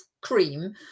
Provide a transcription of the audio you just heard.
cream